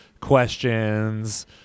questions